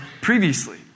previously